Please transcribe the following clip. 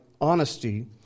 honesty